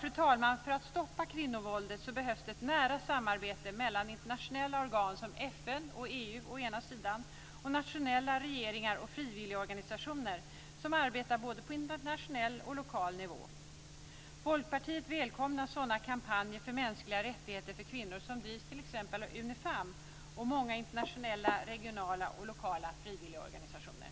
För att man ska kunna stoppa kvinnovåldet behövs ett nära samarbete mellan å ena sidan internationella organ som FN och EU, å andra sidan nationella regeringar och frivilligorganisationer, som arbetar på både internationell och lokal nivå. Folkpartiet välkomnar sådana kampanjer för mänskliga rättigheter för kvinnor som drivs av t.ex. UNIFEM och många internationella, regionala och lokala frivilligorganisationer.